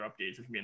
updates